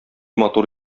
матур